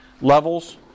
levels